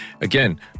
Again